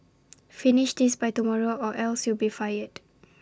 finish this by tomorrow or else you'll be fired